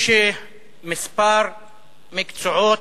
יש כמה מקצועות,